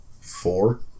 four